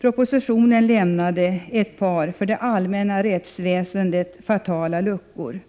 Propositionen lämnade ett par för det allmänna rättsväsendet fatala luckor.